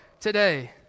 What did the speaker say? today